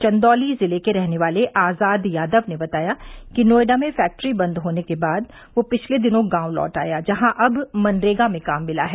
चंदौली जिले के रहने वाले आजाद यादव ने बताया कि नोएडा में फैक्ट्री बंद होने के बाद वह पिछले दिनों गांव लौट आया जहां अब मनरेगा में काम मिला है